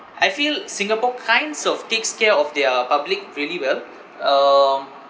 I feel singapore kinds of takes care of their public really well um